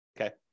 okay